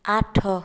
ଆଠ